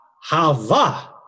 hava